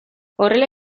horrela